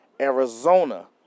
Arizona